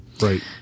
Right